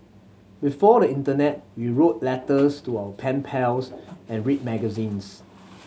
before the internet we wrote letters to our pen pals and read magazines